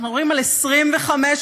אנחנו מדברים על 25 מעטפות,